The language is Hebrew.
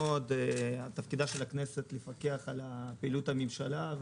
תפקידה של הכנסת לפקח על פעילות הממשלה.